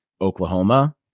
Oklahoma